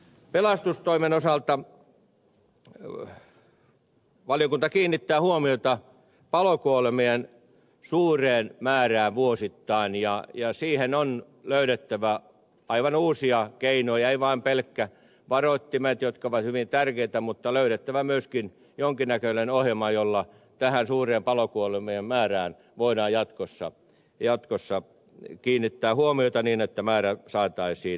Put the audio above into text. pelastustoimen osalta valiokunta kiinnittää huomiota palokuolemien suureen määrään vuosittain ja siihen on löydettävä aivan uusia keinoja ei vain pelkät varoittimet jotka ovat hyvin tärkeitä mutta on löydettävä myöskin jonkin näköinen ohjelma jolla tähän suureen palokuolemien määrään voidaan jatkossa kiinnittää huomiota niin että määrä saataisiin laskuun